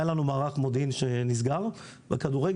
היה לנו מערך מודיעין שנסגר בכדורגל,